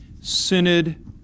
Synod